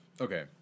Okay